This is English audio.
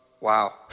Wow